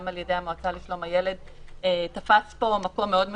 על ידי המועצה לשלום הילד תפס פה מקום מאוד משמעותי.